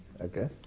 Okay